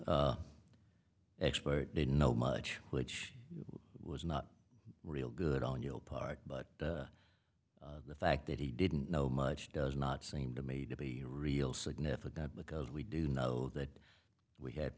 r expert didn't know much which was not real good on your part but the fact that he didn't know much does not seem to me to be real significant because we do know that we had